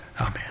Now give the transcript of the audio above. Amen